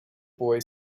boy